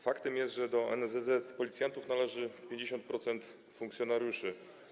Faktem jest, że do NSZZ Policjantów należy 50% funkcjonariuszy.